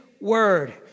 word